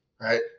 right